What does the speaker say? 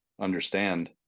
understand